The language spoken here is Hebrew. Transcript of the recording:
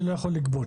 שהוא לא יכול לגבות.